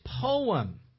poem